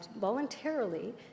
voluntarily